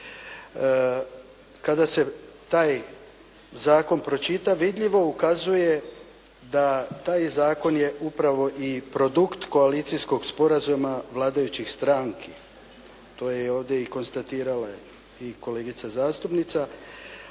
kada se taj zakon pročita vidljivo ukazuje da taj zakon je upravo i produkt koalicijskog sporazuma vladajućih stranki, to je ovdje i konstatirala i kolegica zastupnica,